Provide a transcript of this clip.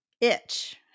itch